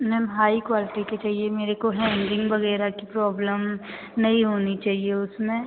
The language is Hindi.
मैम हाई क्वालटी का चाहिए मेरे को हैंगिंग वग़ैरह की प्रॉब्लम नहीं होनी चाहिए उसमें